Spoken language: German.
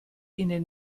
ihnen